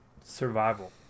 survival